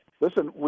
listen